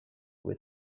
with